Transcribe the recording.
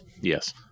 Yes